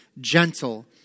gentle